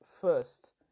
first